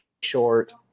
short